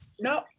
No